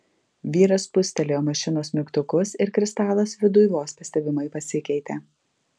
vyras spustelėjo mašinos mygtukus ir kristalas viduj vos pastebimai pasikeitė